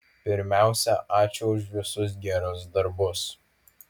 pirmiausia ačiū už visus gerus darbus